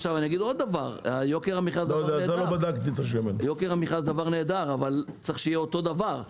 עוד דבר - יוקר המחיה זה דבר נהדר אבל צריך שיהיה אותו דבר.